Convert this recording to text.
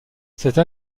cette